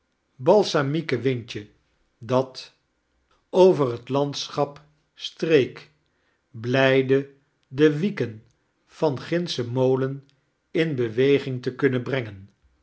balsamieke windje dat over het landschap streek blijde de wieken van gindschen molen in beweging te kunnen brengen